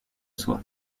soi